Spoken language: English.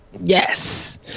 Yes